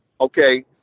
okay